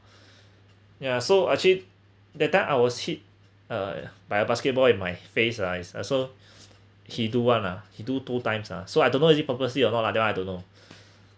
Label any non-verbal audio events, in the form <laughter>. <breath> ya so actually that time I was hit uh by a basketball in my face uh is uh so he do one ha he do two times ah so I don't know is it purposely or not lah that one I don't know